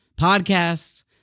podcasts